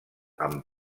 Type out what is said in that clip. amb